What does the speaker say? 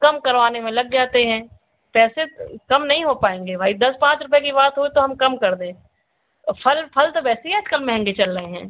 कम करवाने में लग जाते हैं पैसे कम नहीं हो पाएँगे भाई दस पाँच रुपये की बात होए तो हम कम कर दें और फल फल तो वैसे ही आज कल महंगे चल रहे हैं